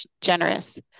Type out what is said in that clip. generous